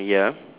ya